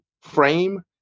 frame